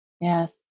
Yes